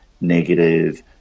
negative